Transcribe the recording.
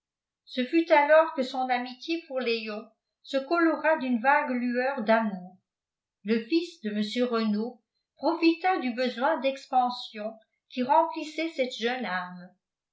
ce fut alors que son amitié pour léon se colora d'une vague lueur d'amour le fils de mr renault profita du besoin d'expansion qui remplissait cette jeune âme